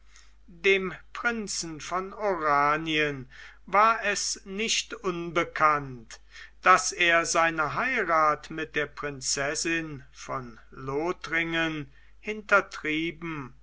dem prinzen von oranien war es nicht unbekannt daß er seine heirath mit der prinzessin von lothringen hintertrieben